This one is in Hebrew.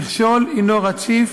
המכשול הוא רציף,